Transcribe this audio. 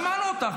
שמענו אותך.